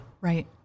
right